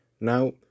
Now